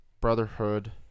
Brotherhood